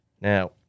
Now